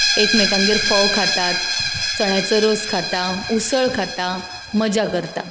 एकमेकांगेर फोव खातात चण्याचो रोस खातात उसळ खाता मज्जा करतात